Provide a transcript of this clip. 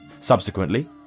Subsequently